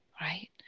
right